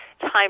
time